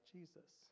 Jesus